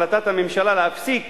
החלטת הממשלה להפסיק